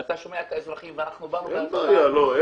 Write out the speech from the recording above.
אתה שומע את האזרחים, ואנחנו באנו כדי לבטל.